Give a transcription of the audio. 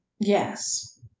Yes